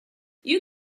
you